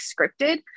scripted